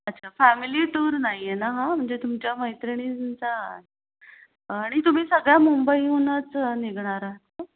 अच्छा family tour नाही आहे ना हा म्हणजे तुमच्या मैत्रिणींचा आणि तुम्ही सगळ्या मुंबईहूनच निघणार आहात